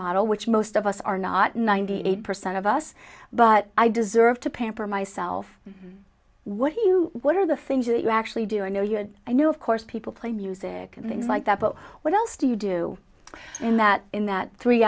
model which most of us are not ninety eight percent of us but i deserve to pamper myself what do you what are the things that you actually do i know you had i know of course people play music and things like that but what else do you do in that in that three